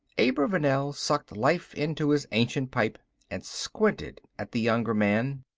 abravanel sucked life into his ancient pipe and squinted at the younger man.